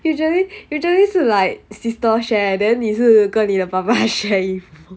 usually usually 是 like sister share then 你是跟你的爸爸 share 衣服